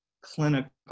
clinical